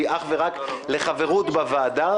כשהניא אך ורק לחברות בוועדה.